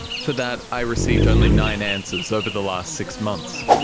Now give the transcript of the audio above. for that i received only nine answers over the last six months.